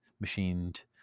machined